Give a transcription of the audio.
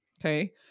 Okay